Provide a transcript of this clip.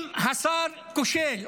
אם השר כושל,